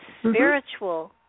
spiritual